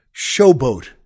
Showboat